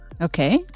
Okay